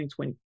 2020